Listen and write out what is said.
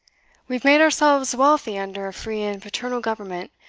we have made ourselves wealthy under a free and paternal government,